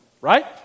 Right